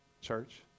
church